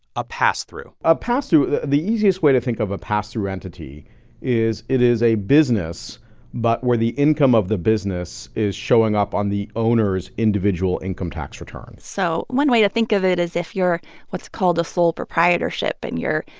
a pass-through a pass-through the the easiest way to think of a pass-through entity is it is a business but where the income of the business is showing up on the owner's individual income tax return so one way to think of it is if you're what's called a full proprietorship, and you're,